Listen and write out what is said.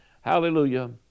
hallelujah